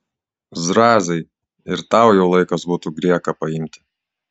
zrazai ir tau jau laikas būtų grieką paimti